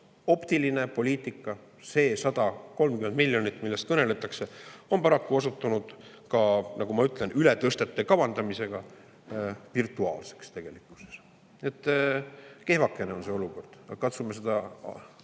optiline poliitika, see 130 miljonit, millest kõneldakse, on paraku osutunud ka tegelikkuses, nagu ma ütlesin, ületõstete kavandamisega virtuaalseks. Kehvakene on see olukord, aga katsume seda